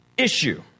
issue